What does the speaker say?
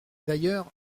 d’ailleurs